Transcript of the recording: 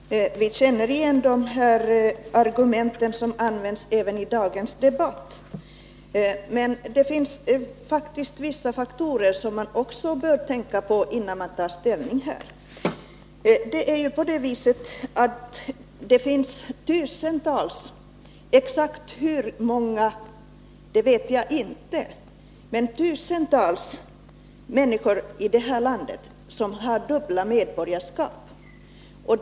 Herr talman! Vi känner igen de här argumenten som används även i dagens debatt, men det finns faktiskt vissa andra faktorer som man också bör tänka på innan man tar ställning. Det finns tusentals människor i det här landet — exakt hur många vet jag inte — som har dubbla medborgarskap.